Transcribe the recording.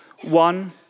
One